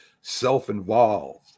self-involved